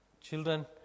Children